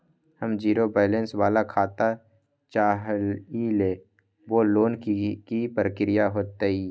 हम zero balance वाला खाता चाहइले वो लेल की की प्रक्रिया होतई?